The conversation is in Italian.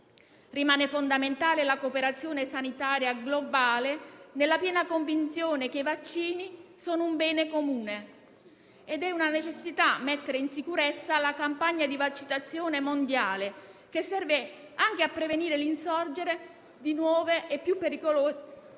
Rimane fondamentale la cooperazione sanitaria globale, nella piena convinzione che i vaccini sono un bene comune. Ed è una necessità mettere in sicurezza la campagna di vaccinazione mondiale, che serve anche a prevenire l'insorgere di nuove e più pericolose varianti.